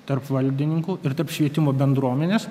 tarp valdininkų ir tarp švietimo bendruomenės